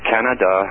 Canada